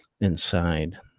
inside